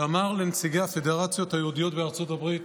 שאמר לנציגי הפדרציות היהודיות בארצות הברית: